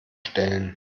stellen